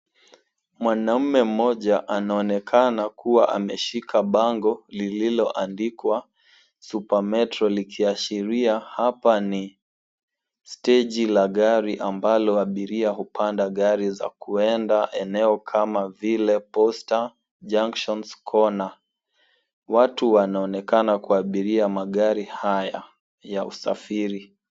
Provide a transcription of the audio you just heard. Mwanaume mmoja anaonekana kuwa ameshika bango lililo andikwa, Supermetro likiashiria hapa ni stage la gari ambalo waabiria hupanda gari za kuenda eneo kama vile Posta, Junction, Kona. Watu wanaonekana kuabiria magari haya ya usafiri.